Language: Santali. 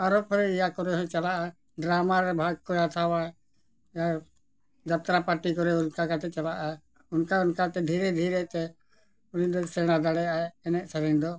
ᱟᱨᱚ ᱯᱚᱨᱮ ᱤᱭᱟᱹ ᱠᱚᱨᱮ ᱦᱚᱸ ᱪᱟᱞᱟᱜᱼᱟᱭ ᱰᱨᱟᱢᱟᱨᱮ ᱵᱷᱟᱜᱽ ᱠᱚᱭ ᱦᱟᱛᱟᱣᱟ ᱟᱨ ᱡᱟᱛᱨᱟ ᱯᱟᱴᱤ ᱠᱚᱨᱮ ᱚᱱᱠᱟ ᱠᱟᱛᱮᱫ ᱪᱟᱞᱟᱜᱼᱟᱭ ᱚᱱᱠᱟ ᱚᱱᱠᱟᱛᱮ ᱫᱷᱤᱨᱮ ᱫᱷᱤᱨᱮ ᱛᱮ ᱩᱱᱤ ᱫᱚ ᱥᱮᱬᱟ ᱫᱟᱲᱮᱭᱟᱜᱼᱟᱭ ᱮᱱᱮᱡ ᱥᱮᱨᱮᱧ ᱫᱚ